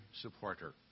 supporter